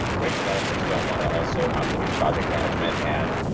great developers don't want to also have to do project management and